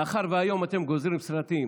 מאחר שהיום אתם גוזרים סרטים,